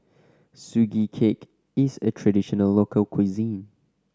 Sugee Cake is a traditional local cuisine